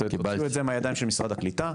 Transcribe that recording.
תוציאו את זה מהידיים של משרד הקליטה,